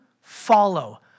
follow